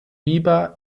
biber